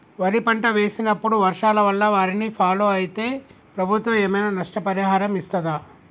వరి పంట వేసినప్పుడు వర్షాల వల్ల వారిని ఫాలో అయితే ప్రభుత్వం ఏమైనా నష్టపరిహారం ఇస్తదా?